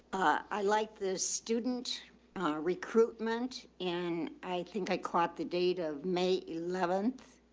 i liked the student recruitment and i think i caught the date of may eleventh.